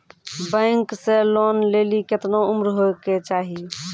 Bank से loan लेली केतना उम्र होय केचाही?